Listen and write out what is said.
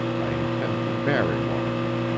i intend to marry one of them.